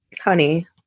honey